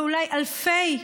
ואולי אלפי,